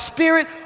Spirit